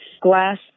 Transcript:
glass